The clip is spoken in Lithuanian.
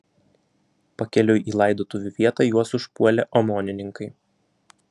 pakeliui į laidotuvių vietą juos užpuolė omonininkai